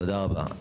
תודה רבה.